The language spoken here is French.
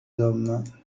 hommes